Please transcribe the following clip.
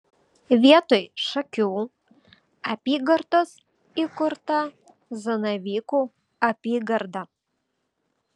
vietoj šakių apygardos įkurta zanavykų apygarda